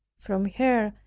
from her,